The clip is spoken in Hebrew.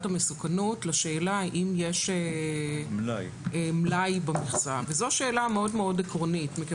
המסוכנות לשאלה האם יש מלאי במכסה וזו שאלה מאוד מאוד עקרונית.